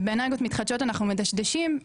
ובאנרגיות מתחדשות אנחנו מדשדשים,